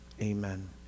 amen